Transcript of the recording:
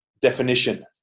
definition